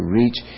reach